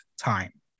time